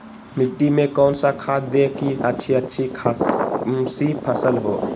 मिट्टी में कौन सा खाद दे की अच्छी अच्छी खासी फसल हो?